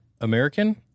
American